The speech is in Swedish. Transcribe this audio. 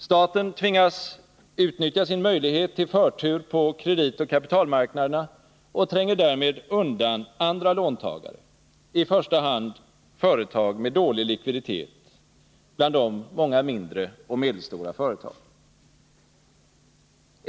Staten tvingas utnyttja sin möjlighet till förtur på kreditoch kapitalmarknaderna och tränger därmed undan andra låntagare, i första hand företag med dålig likviditet, bland dem många mindre och medelstora företag.